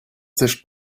sicht